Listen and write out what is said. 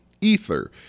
ether